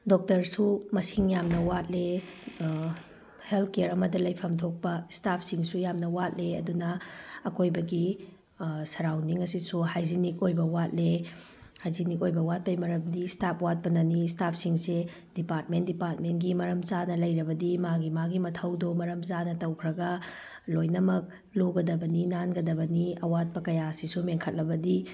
ꯗꯣꯛꯇꯔꯁꯨ ꯃꯁꯤꯡ ꯌꯥꯝꯅ ꯋꯥꯠꯂꯤ ꯍꯦꯜꯊ ꯀꯦꯌꯔ ꯑꯃꯗ ꯂꯩꯐꯝ ꯊꯣꯛꯄ ꯁ꯭ꯇꯥꯐꯁꯤꯡꯁꯨ ꯌꯥꯝꯅ ꯋꯥꯠꯂꯦ ꯑꯗꯨꯅ ꯑꯀꯣꯏꯕꯒꯤ ꯁꯔꯥꯎꯟꯗꯤꯡ ꯑꯁꯤꯁꯨ ꯍꯥꯏꯖꯅꯤꯛ ꯑꯣꯏꯕ ꯋꯥꯠꯂꯦ ꯍꯥꯏꯖꯅꯤꯛ ꯑꯣꯏꯕ ꯋꯥꯠꯄꯒꯤ ꯃꯔꯝꯗꯤ ꯁ꯭ꯇꯥꯐ ꯋꯥꯠꯄꯅꯅꯤ ꯁ꯭ꯇꯥꯐꯁꯤꯡꯁꯦ ꯗꯤꯄꯥꯔꯠꯃꯦꯟ ꯗꯤꯄꯥꯔꯠꯃꯦꯟꯒꯤ ꯃꯔꯝ ꯆꯥꯅ ꯂꯩꯔꯕꯗꯤ ꯃꯥꯒꯤ ꯃꯥꯒꯤ ꯃꯊꯧꯗꯣ ꯃꯔꯝ ꯆꯥꯅ ꯇꯧꯈ꯭ꯔꯒ ꯂꯣꯏꯅꯃꯛ ꯂꯨꯒꯗꯕꯅꯤ ꯅꯥꯟꯒꯗꯕꯅꯤ ꯑꯋꯥꯠꯄ ꯀꯌꯥꯁꯤꯁꯨ ꯃꯦꯟꯈꯠꯂꯕꯗꯤ